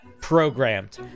programmed